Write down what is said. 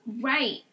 Right